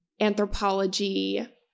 anthropology